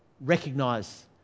recognise